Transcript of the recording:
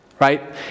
right